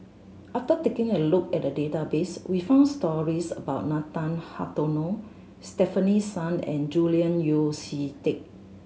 after taking a look at the database we found stories about Nathan Hartono Stefanie Sun and Julian Yeo See Teck